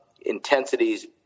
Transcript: intensities